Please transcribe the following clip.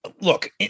look